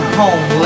home